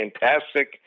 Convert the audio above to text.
fantastic